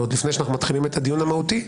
עוד לפני שאנחנו מתחילים את הדיון המהותי,